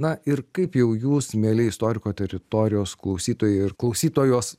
na ir kaip jau jūs mieli istoriko teritorijos klausytojai ir klausytojos